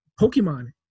Pokemon